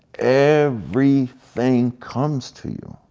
everything comes to you.